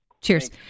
Cheers